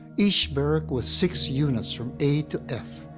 each barrack was six units from a to f.